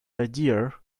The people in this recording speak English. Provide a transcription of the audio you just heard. idea